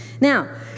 Now